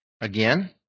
Again